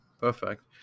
perfect